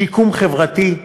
שיקום חברתי,